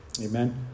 Amen